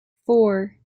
four